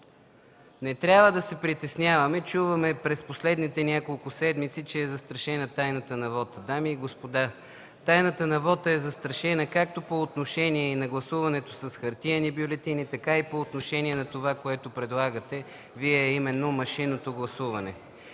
Не трябва да се притесняваме – чуваме през последните няколко седмици, че е застрашена тайната на вота. Дами и господа, тайната на вота е застрашена както по отношение на гласуването с хартиени бюлетини, така и по отношение на това, което предлагате Вие, а именно машинното гласуване.